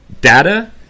data